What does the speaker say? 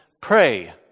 pray